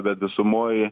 bet visumoj